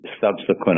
subsequent